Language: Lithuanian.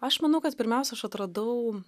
aš manau kad pirmiausia aš atradau